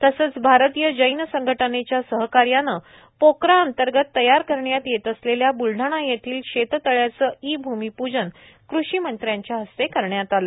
तसेच भारतीय जैन संघटनेच्या सहकार्याने पोक्रा अंतर्गत तयार करण्यात येत असलेल्या बुलडाणा येथील शेततळ्याचे ई भूमिपूजन कृषीमंत्र्यांच्या हस्ते करण्यात आले